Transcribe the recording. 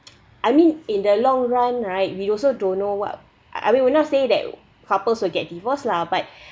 I mean in the long run right we also don't know what I mean we're not saying that couples will get divorced lah but